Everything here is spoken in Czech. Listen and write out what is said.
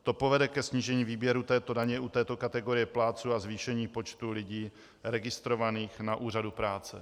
To povede ke snížení výběru této daně u této kategorie plátců a zvýšení počtu lidí registrovaných na úřadu práce.